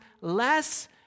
less